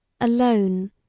alone